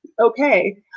okay